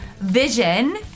Vision